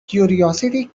curiosity